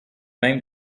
même